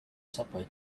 subway